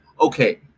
Okay